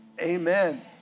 amen